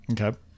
Okay